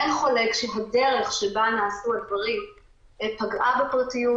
אין חולק שהדרך שבה נעשו הדברים פגעה בפרטיות,